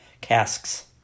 casks